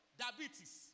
diabetes